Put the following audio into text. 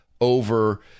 over